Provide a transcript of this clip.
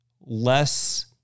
less